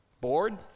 Bored